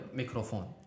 microphone